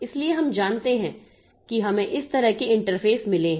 इसलिए हम जानते हैं कि हमें इस तरह के इंटरफेस मिले हैं